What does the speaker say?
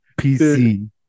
PC